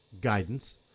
guidance